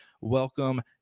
Welcome